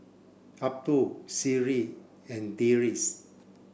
Abdul Seri and Deris